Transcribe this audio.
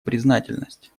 признательность